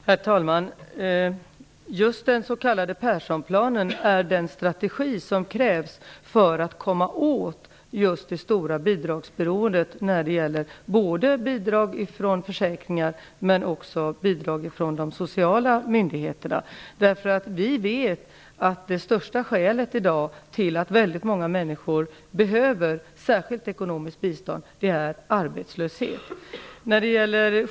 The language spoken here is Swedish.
Herr talman! Just den s.k. Perssonplanen är den strategi som krävs för att komma åt just det stora bidragsberoendet när det gäller både bidrag från försäkringar och bidrag från de sociala myndigheterna. Vi vet att det viktigaste skälet till att väldigt många människor i dag behöver särskilt ekonomiskt bistånd är arbetslöshet.